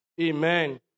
Amen